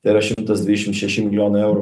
tai yra šimtas dvidešim šeši milijonai eurų